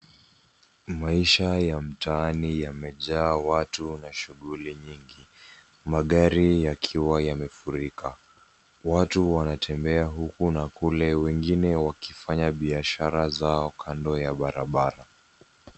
Maisha ya mtaani yamejaa watu na shughuli nyingi magari yakiwa yamefurika. Watu wanatembea huku na kule wengine wakifanya biashara zao kando ya barabara.